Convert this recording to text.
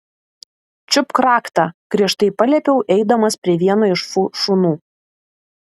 čiupk raktą griežtai paliepiau eidamas prie vieno iš fu šunų